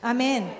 Amen